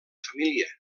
família